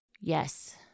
Yes